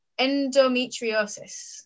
endometriosis